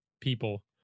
people